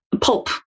pulp